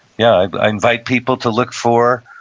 yeah, i invite people to look for,